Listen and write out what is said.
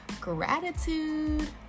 gratitude